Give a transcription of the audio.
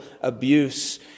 abuse